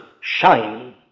shine